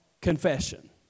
confession